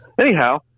Anyhow